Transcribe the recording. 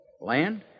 Land